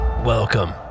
Welcome